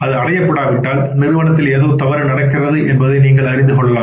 அது அடையப்படாவிட்டால் நிறுவனத்தில் ஏதோ தவறு நடக்கிறது என்பதைநீங்கள் அறிந்து கொள்ளலாம்